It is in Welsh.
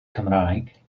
cymraeg